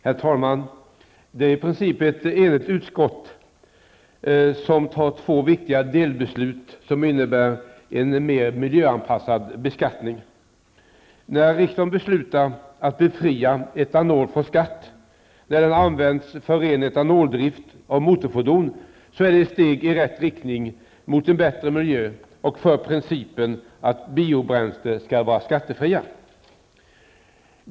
Herr talman! Det är i princip ett enigt utskott som tar två viktiga delsteg som innebär en mer miljöanpassad beskattning. När riksdagen beslutar att befria etanolen från skatt då den används för ren etanoldrift av motorfordon, är det ett steg i rätt riktning för en bättre miljö och för principen att biobränslen skall vara skattefria.